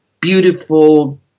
beautiful